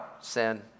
Sin